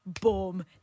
boom